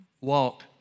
walk